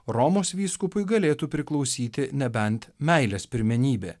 romos vyskupui galėtų priklausyti nebent meilės pirmenybė